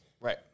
Right